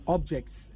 Objects